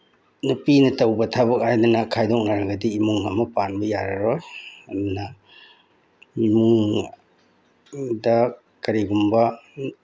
ꯅꯨꯄꯤꯅ ꯇꯧꯕ ꯊꯕꯛ ꯍꯥꯏꯗꯅ ꯈꯥꯏꯗꯣꯛꯅꯔꯒꯗꯤ ꯏꯃꯨꯡ ꯑꯃ ꯄꯥꯟꯕ ꯌꯥꯔꯔꯣꯏ ꯑꯗꯨꯅ ꯏꯃꯨꯡꯗ ꯀꯔꯤꯒꯨꯝꯕ